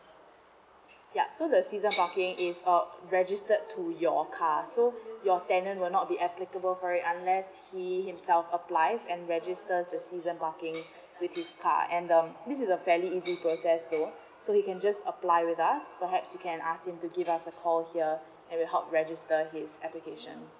ya so the season parking is uh registered to your car so your tenant will not be applicable for it unless he himself applies and registers the season parking with his car uh and um this is a very easy process though so you can just apply with us perhaps you can ask him to give us a call here and we help register his application